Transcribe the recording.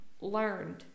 learned